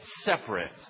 separate